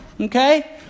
Okay